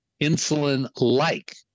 insulin-like